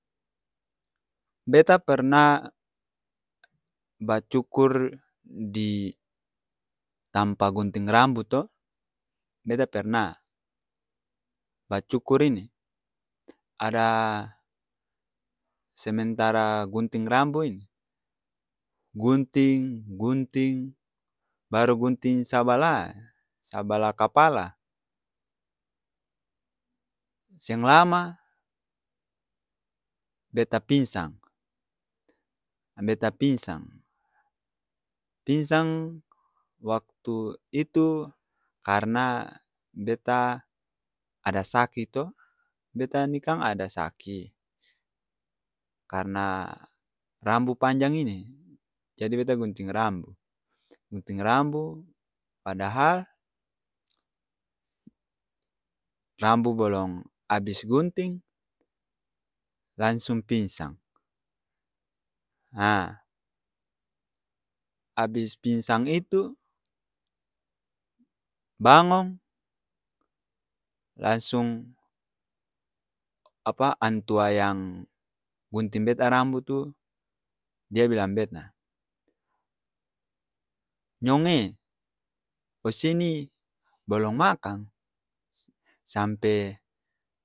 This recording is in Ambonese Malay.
Beta perna bacukur di tampa gunting rambu to, beta perna, bacukur ini! Ada sementara gunting rambo ini gunting, gunting baru gunting sabala, sabala kapala! Seng lama beta pingsang! Beta pingsang, pingsang waktu itu karna beta ada saki to, beta ni kang ada saki, karna rambu panjang ini, jadi beta gunting rambu gunting rambu padahal rambu balong abis gunting, langsung pingsang, haa abis pingsang itu bangong! Langsung apa? Antua yang gunting beta rambu tu, dia bilang beta nyong e, ose ni balong maaakang? Sampe.